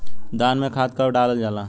धान में खाद कब डालल जाला?